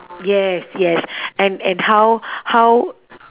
yes yes and and how how